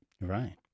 Right